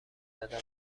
دادم